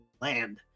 land